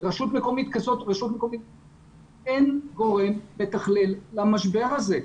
רשות מקומית כזאת ואחרת אבל אין גורם מתכלל למשבר הזה.